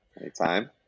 anytime